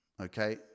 okay